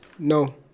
No